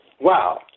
Wow